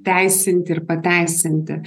teisinti ir pateisinti